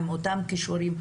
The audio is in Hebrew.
עם אותם כישורים.